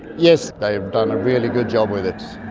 yes, they've done a really good job with it.